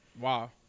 Wow